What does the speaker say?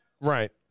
Right